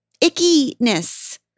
ickiness